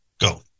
go